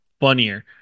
funnier